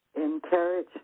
Encourage